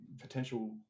potential